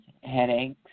headaches